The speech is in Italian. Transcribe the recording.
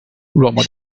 l’uomo